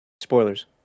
Spoilers